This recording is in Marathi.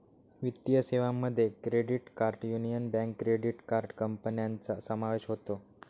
वित्तीय सेवांमध्ये credit card union bank credit card कंपन्यांचा समावेश होतो